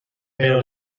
però